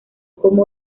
como